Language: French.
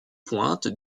pointe